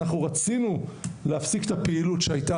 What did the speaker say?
אנחנו רצינו להפסיק את הפעילות שהייתה